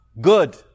good